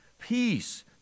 peace